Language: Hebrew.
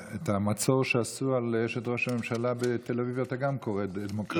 למצור שעשו על אשת ראש הממשלה בתל אביב אתה גם קורא דמוקרטיה,